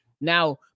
Now